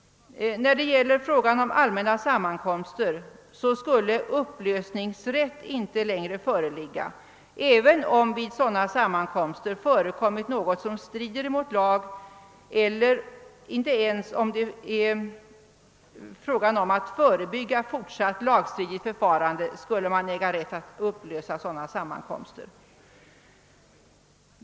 Vad frågan om allmänna samman komster beträffar skulle någon upplös ningsrätt inte längre föreligga, även om det vid sådana sammankomster förekommer sådant som strider mot lagen. Inte ens om det gäller att förebygga fortsatt lagstridigt förfarande skulle man ha rätt att upplösa dylika sammankomster.